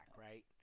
right